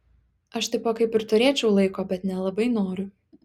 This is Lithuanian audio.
aš tipo kaip ir turėčiau laiko bet nelabai noriu